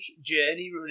journey